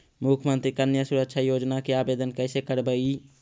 मुख्यमंत्री कन्या सुरक्षा योजना के आवेदन कैसे करबइ?